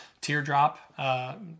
teardrop